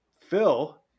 Phil